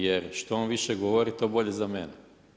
Jer, što on više govori, to bolje za mene.